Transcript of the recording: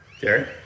Jerry